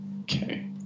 Okay